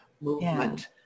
movement